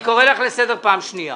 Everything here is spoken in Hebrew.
אני קורא לך לסדר פעם ראשונה.